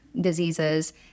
diseases